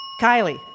Kylie